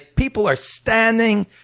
people are standing,